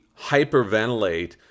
hyperventilate